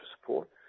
support